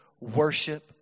Worship